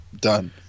done